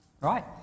Right